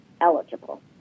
eligible